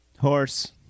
Horse